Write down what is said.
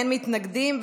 אין מתנגדים,